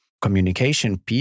communication